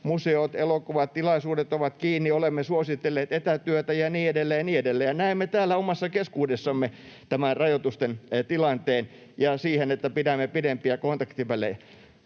museot, elokuvat, tilaisuudet ovat kiinni. Olemme suositelleet etätyötä ja niin edelleen ja niin edelleen, ja näemme täällä omassa keskuudessamme tämän rajoitusten tilanteen ja sen, että pidämme pidempiä kontaktivälejä.